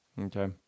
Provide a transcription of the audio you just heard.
okay